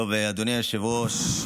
אדוני היושב-ראש,